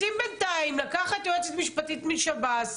בינתיים לקחת יועצת משפטית משב"ס,